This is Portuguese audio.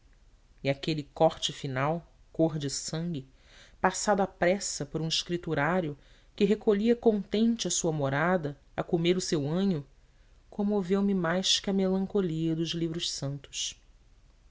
e aquele corte final cor de sangue passado à pressa por um escriturário que recolhia contente à sua morada a comer o seu anho comoveu me mais que a melancolia dos livros santos